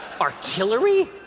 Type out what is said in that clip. Artillery